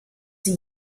sie